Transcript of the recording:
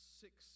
six